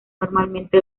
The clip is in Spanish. normalmente